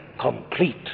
complete